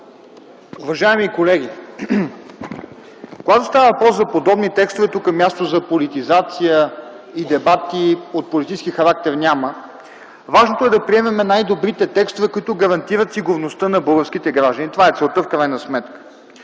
Уважаеми колеги! Когато става въпрос за подобни текстове, тук място за политизация и дебати от политически характер няма. Важното е да приемем най-добрите текстове, които гарантират сигурността на българските граждани. Това е целта в крайна сметка.